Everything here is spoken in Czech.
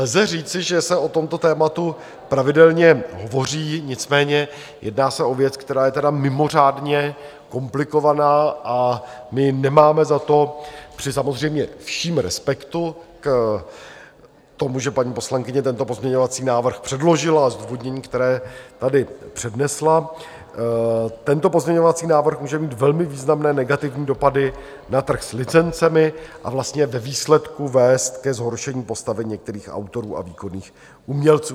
Lze říci, že se o tomto tématu pravidelně hovoří, nicméně jedná se o věc, která je mimořádně komplikovaná, a my nemáme za to při samozřejmě všem respektu k tomu, že paní poslankyně tento pozměňovací návrh předložila a zdůvodnění, které tady přednesla tento pozměňovací návrh může mít velmi významné negativní dopady na trh s licencemi a vlastně ve výsledku vést ke zhoršení postavení některých autorů a výkonných umělců.